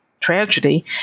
tragedy